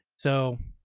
so.